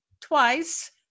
twice